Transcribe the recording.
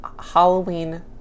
halloween